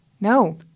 No